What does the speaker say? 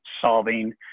solving